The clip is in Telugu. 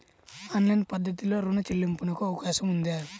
ఆన్లైన్ పద్ధతిలో రుణ చెల్లింపునకు అవకాశం ఉందా?